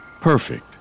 Perfect